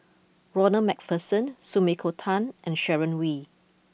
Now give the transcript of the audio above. Ronald MacPherson Sumiko Tan and Sharon Wee